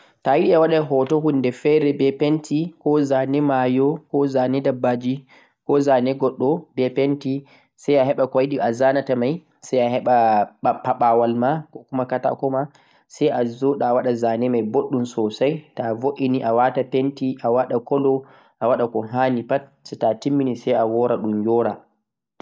Ta'ayiɗe awaɗa zane humde fere bana mayo, ndabbawa, goɗɗo be pente koh be pencil arannii heɓu paɓawal ma sai a zana ko amari haàje ha dou